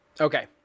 okay